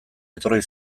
etorri